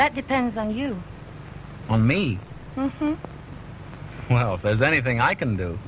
that depends on you on me well if there's anything i can do